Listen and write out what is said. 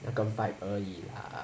跟白而已啦